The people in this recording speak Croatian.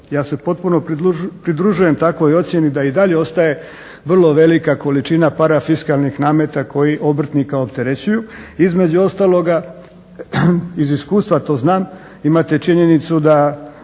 Ja se potpuno pridružujem takvoj ocjeni da i dalje ostaje vrlo velika količina parafiskalnih nameta koji obrtnika opterećuju. Između ostaloga, iz iskustva to znam, imate činjenicu da